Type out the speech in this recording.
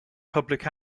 public